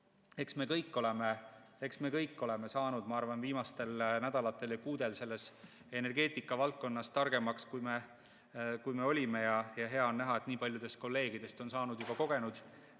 Eks me kõik oleme saanud, ma arvan, viimastel nädalatel ja kuudel energeetikavaldkonnas targemaks, kui me enne olime, ja hea on näha, et nii paljudest kolleegidest on saanud juba kogenud